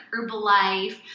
Herbalife